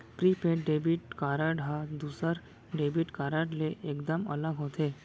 prepaid debit card ह दूसर debit card ले एकदम अलग होथे